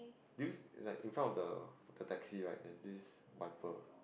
do you like in front of the the taxi right is this wiper